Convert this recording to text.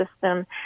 system